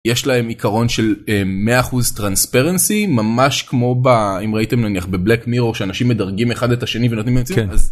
יש להם עיקרון של 100% transparency ממש כמו בא אם ראיתם נניח בבלק מירור שאנשים מדרגים אחד את השני.